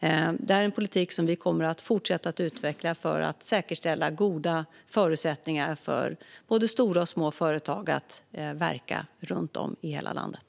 Det här är en politik som vi kommer att fortsätta att utveckla för att säkerställa goda förutsättningar för både stora och små företag att verka runt om i hela landet.